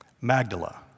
Magdala